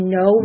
no